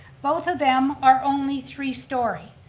both of them are only three story.